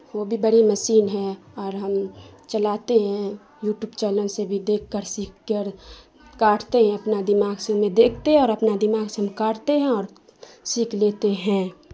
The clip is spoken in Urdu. وہ بھی بڑی مشین ہے اور ہم چلاتے ہیں یو ٹیوب چینل سے بھی دیکھ کر سیکھ کر کاٹتے ہیں اپنا دماغ سے میں دیکھتے ہیں اور اپنا دماغ سے ہم کاٹتے ہیں اور سیکھ لیتے ہیں